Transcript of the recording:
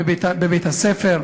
בבית-הספר,